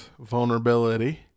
vulnerability